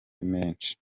menshi